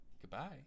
Goodbye